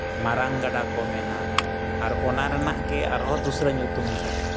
ᱢᱟᱨᱟᱝ ᱜᱟᱰᱟ ᱠᱚ ᱢᱮᱱᱟ ᱟᱨ ᱚᱱᱟ ᱨᱮᱱᱟᱜ ᱜᱮ ᱟᱨᱦᱚᱸ ᱫᱚᱥᱨᱟ ᱧᱩᱛᱩᱢ ᱫᱚ